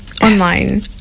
online